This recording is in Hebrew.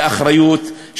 באחריות,